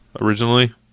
originally